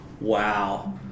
wow